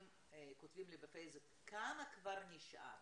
כותבים לי בפייסבוק: כמה כבר נשאר?